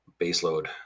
baseload